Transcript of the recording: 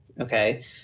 okay